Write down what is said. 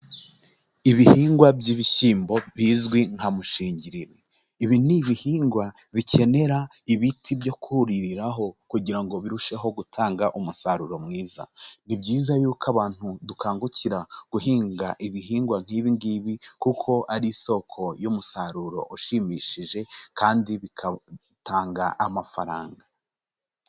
Ibihingwa by'ibishyimbo bizwi nka mushingiriro, ibi ni ibihingwa bikenera ibiti byo kuririraho kugira ngo birusheho gutanga umusaruro mwiza, ni byiza y'uko abantu dukangukira guhinga ibihingwa nk'ibi ngibi kuko ari isoko y'umusaruro ushimishije, kandi bigatanga amafaranga.